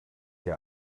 ihr